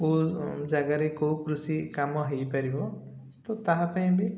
କେଉଁ ଜାଗାରେ କେଉଁ କୃଷି କାମ ହେଇପାରିବ ତ ତାହା ପାଇଁ ବି